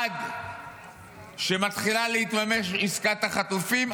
עד שמתחילה להתממש עסקת החטופים.